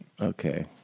Okay